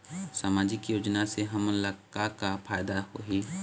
सामाजिक योजना से हमन ला का का फायदा होही?